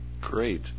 Great